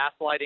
gaslighting